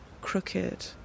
crooked